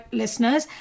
listeners